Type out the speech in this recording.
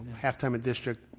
half-time a district,